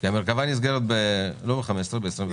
לא ב-15 בחודש.